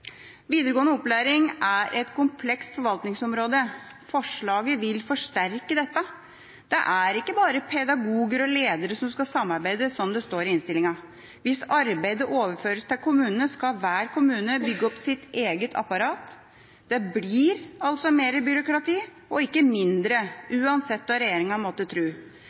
Videregående opplæring er et komplekst forvaltningsområde. Forslaget vil forsterke dette. Det er ikke bare pedagoger og ledere som skal samarbeide, som det står i innstillingen. Hvis arbeidet overføres til kommunene, skal hver kommune bygge opp sitt eget apparat. Det blir altså mer byråkrati, og ikke mindre, uansett hva regjeringa måtte